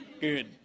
Good